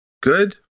Good